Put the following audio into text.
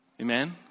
Amen